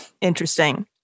Interesting